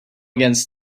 against